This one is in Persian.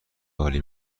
عالی